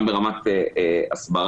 גם ברמת הסברה.